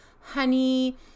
honey